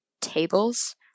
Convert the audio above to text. tables